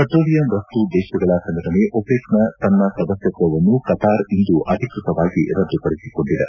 petroleum ರಫ್ತು ದೇಶಗಳ ಸಂಘಟನೆ ಒಪೆಕ್ನ ತನ್ನ ಸದಸ್ಯತ್ವವನ್ನು ಕತಾರ್ ಇಂದು ಅಧಿಕೃತವಾಗಿ ರದ್ದುಪಡಿಸಿಕೊಂಡಿದೆ